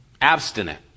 abstinent